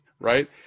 right